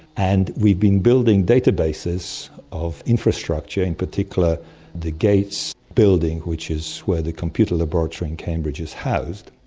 and we've been building databases of infrastructure, in particular the gates building which is where the computer laboratory in cambridge is housed,